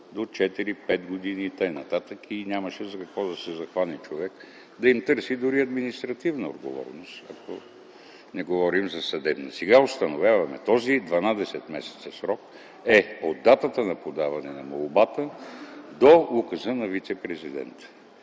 до 4-5 години и т.н., и нямаше за какво да се захване човек – да им търси дори административна отговорност. Не говорим за съдебна. Сега установяваме този 12-месечен срок от датата на подаване на молбата до указа на вицепрезидента.